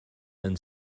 and